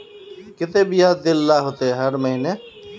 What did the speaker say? केते बियाज देल ला होते हर महीने?